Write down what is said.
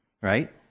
right